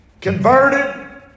converted